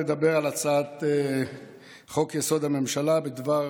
לדבר על הצעת חוק-יסוד: הממשלה בדבר